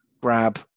Grab